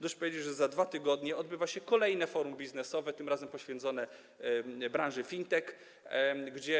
Dość powiedzieć, że za 2 tygodnie odbędzie się kolejne forum biznesowe, tym razem poświęcone branży FinTech.